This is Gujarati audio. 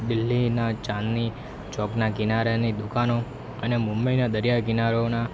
દિલ્લીના ચાંદની ચોકના કિનારાની દુકાનો અને મુંબઈના દરિયા કિનારોના